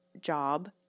job